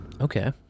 Okay